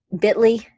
bit.ly